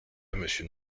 monsieur